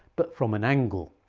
but from an angle.